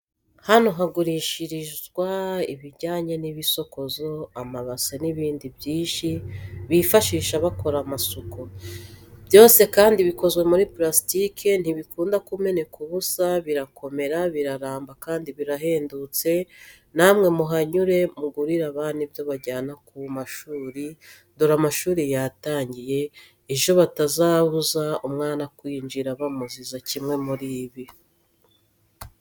Hano hagurishirizwa ibibijyanye n'ibisokozo, amabase n'ibindi byinshi bifashisha bakora amasuku. Byose kandi bikozwe muri purastike, ntibikunda kumeneka ubusa, birakomera, biraramba kandi birahendutse, na mwe muhanyure mugurire abana ibyo bajyana ku mashuri dore amashuri yatangiye, ejo batazabuza umwana kwinjira bamuziza kimwe muri ibi.